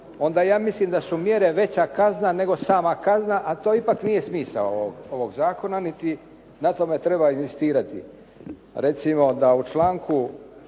onda ja mislim da su mjere veća kazna nego sama kazna, a to ipak nije smisao ovog zakona niti na tome treba inzistirati. Recimo da u članku